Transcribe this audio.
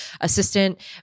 Assistant